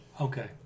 Okay